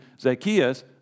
Zacchaeus